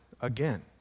again